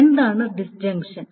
എന്താണ് ഡിസ്ഞ്ചക്ഷൻ